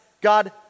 God